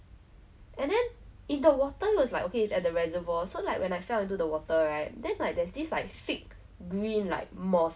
ah 一点点就这样 then so stayed loh and then really stay !wah! I 忍 until three years you know to think about it already is really like a joke lah to me